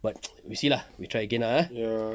but we see lah we try again ah